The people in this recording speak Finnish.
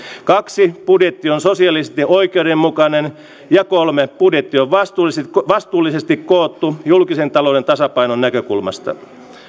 kaksi budjetti on sosiaalisesti oikeudenmukainen ja kolme budjetti on vastuullisesti vastuullisesti koottu julkisen talouden tasapainon näkökulmasta